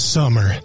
summer